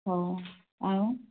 ହଉ ଆଉ